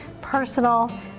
personal